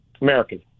American